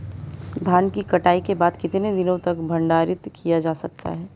धान की कटाई के बाद कितने दिनों तक भंडारित किया जा सकता है?